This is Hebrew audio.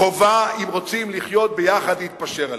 חובה, אם רוצים לחיות ביחד, להתפשר עליהם.